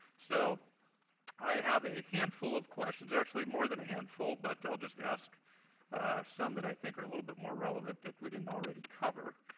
so i have a handful of questions, actually more than a handful, but i'll just ask some that i think are a little bit more relevant that we didn't already cover.